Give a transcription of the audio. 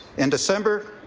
in december,